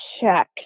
check